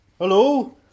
Hello